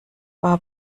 war